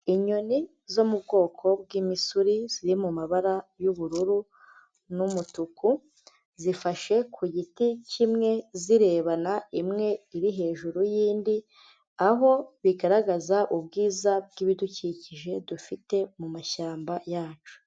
Inyoni zo mu bwoko bw'imisuri, ziri mu mabara y'ubururu, n'umutuku. Zifashe ku giti kimwe, zirebana imwe iri hejuru y'indi, aho bigaragaza ubwiza bw'ibidukikije dufite mu mashyamba yacu.